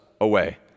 away